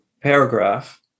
paragraph